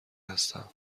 هستم